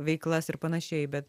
veiklas ir panašiai bet